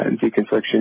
deconfliction